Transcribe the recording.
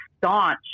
staunch